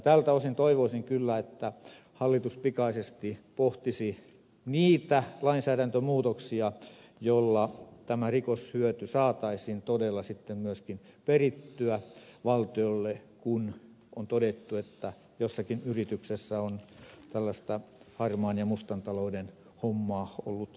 tältä osin toivoisin kyllä että hallitus pikaisesti pohtisi niitä lainsäädäntömuutoksia joilla tämä rikoshyöty saataisiin todella myöskin perittyä valtiolle kun on todettu että jossakin yrityksessä on tällaista harmaan ja mustan talouden hommaa ollut vireillä